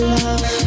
love